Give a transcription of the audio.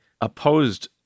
opposed